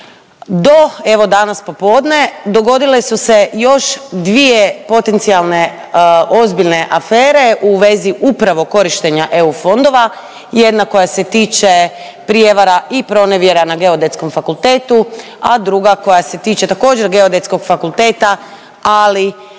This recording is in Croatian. do, evo danas popodne, dogodile su se još dvije potencijalne ozbiljne afere u vezi upravo korištenja EU fondova, jedna koja se tiče prijevara i pronevjera na Geodetskom fakultetu, a druga koja se tiče, također, Geodetskog fakulteta, ali